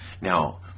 Now